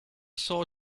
saw